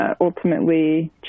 ultimately